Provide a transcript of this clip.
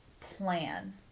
plan